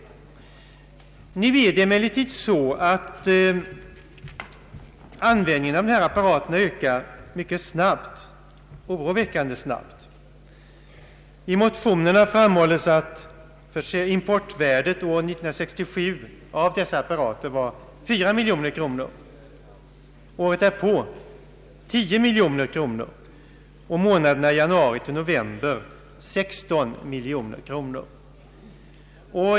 Det är emellertid på det sättet att användningen av dessa apparater ökar mycket snabbt, ja oroväckande snabbt. I motionerna framhålles att importvär det år 1967 av apparaterna var 4 miljoner kronor, året därpå 10 miljoner kronor och månaderna januari till november 1969 16 miljoner kronor.